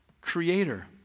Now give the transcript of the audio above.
creator